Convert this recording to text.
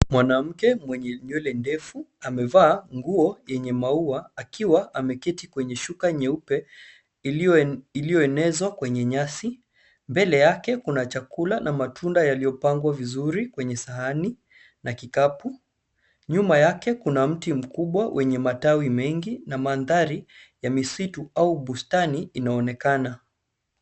Mwanamke mwenye nywele ndefu amevaa nguo yenye maua akiwa ameketi kwenye shuka nyeupe iliyoenezwa kwenye nyasi. Mbele yake kuna chakula na matunda yaliyopangwa vizuri kwenye sahani na kikapu. Nyuma yake kuna mti mkubwa wenye matawi mengi na mandhari ya misitu au bustani inaonekana.